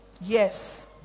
Yes